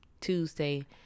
Tuesday